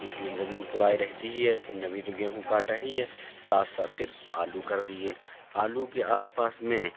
اس لیے زمین کوڑائی رہتی ہی ہے پھر ہم نے ابھی جو گیہوں کاٹا ہی ہے ساتھ ساتھ پھر آلو کر دیے آلو کے آس پاس میں